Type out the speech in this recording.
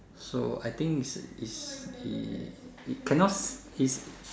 so I think is is he he cannot his